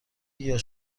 گیاه